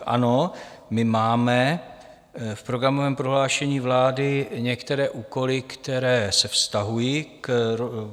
Ano, my máme v programovém prohlášení vlády některé úkoly, které se vztahují k RUDu.